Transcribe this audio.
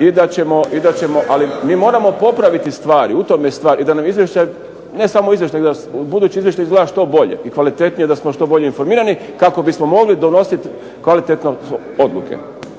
i da ćemo… … /Govornici govore u isti glas, ne razumije se./… Ali mi moramo popraviti stvari, u tom je stvar i da nam izvještaj, ne samo izvještaj, nego da budući izvještaj izgleda što bolje i kvalitetnije, da smo što bolje informirani kako bismo mogli donosit kvalitetno odluke.